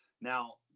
Now